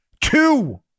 Two